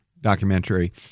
documentary